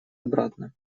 обратно